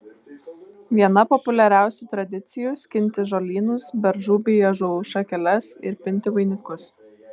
viena populiariausių tradicijų skinti žolynus beržų bei ąžuolų šakeles ir pinti vainikus